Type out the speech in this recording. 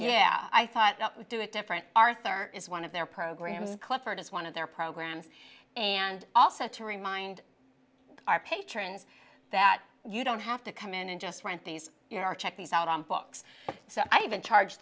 yeah i thought that would do it different arthur is one of their programs clifford as one of their programs and also to remind our patrons that you don't have to come in and just rent these are check these out on books so i even charge